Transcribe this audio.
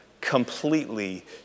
completely